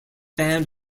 band